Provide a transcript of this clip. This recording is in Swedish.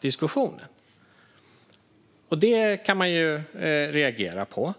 diskussionen. Det kan man reagera på.